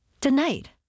Tonight